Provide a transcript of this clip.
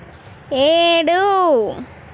ఏడు